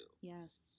Yes